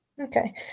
Okay